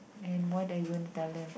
and why that you wouldn't tell them